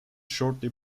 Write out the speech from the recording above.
shortly